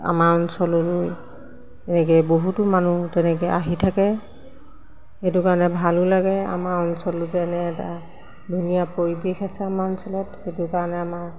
আমাৰ অঞ্চললৈ এনেকৈ বহুতো মানুহ তেনেকৈ আহি থাকে সেইটো কাৰণে ভালো লাগে আমাৰ অঞ্চলতো যে এনে এটা ধুনীয়া পৰিৱেশ আছে আমাৰ অঞ্চলত সেইটো কাৰণে আমাৰ